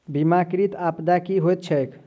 बीमाकृत आपदा की होइत छैक?